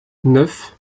neuf